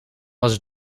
was